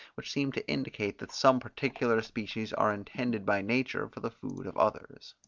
which seem to indicate that some particular species are intended by nature for the food of others.